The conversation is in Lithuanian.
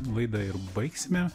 laidą ir baigsime